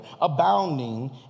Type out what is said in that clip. abounding